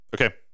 okay